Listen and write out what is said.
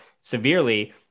severely